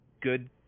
good